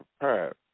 prepared